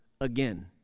again